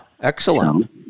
excellent